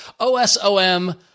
OSOM